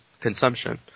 consumption